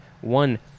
one